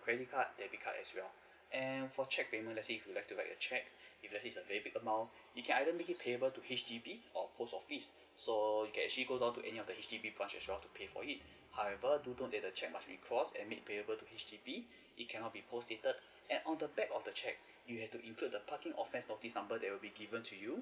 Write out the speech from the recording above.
credit card debit card as well and for cheque payment let's say if you would like to write a cheque if let's say it's very big amount you can either make it payable to H_D_B or post office so you can actually go down to any of the H_D_B branch as well to pay for it however do note that the cheque must be cross and make payable to H_D_B it cannot be post dated and on the back of the cheque you have to include the parking offence notice number that would be given to you